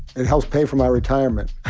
it helps pay for my retirement.